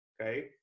okay